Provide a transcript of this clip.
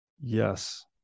Yes